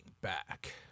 back